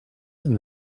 and